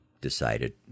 decided